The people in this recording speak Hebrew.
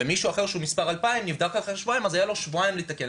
ומישהו אחר שהוא מס' 2,000 נבדק אחרי שבועיים והיו לו שבועיים לתקן.